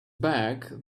bag